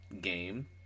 game